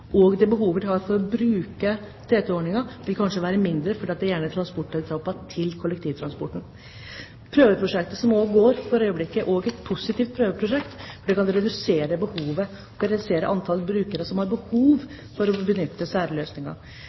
og det behovet de har for å bruke TT-ordningen, vil kanskje være mindre, fordi det gjerne er transportetapper til kollektivtransporten. Prøveprosjektet som går for øyeblikket, er også positivt. Det kan redusere behovet, redusere antall brukere som har behov for å benytte særløsninger.